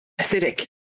acidic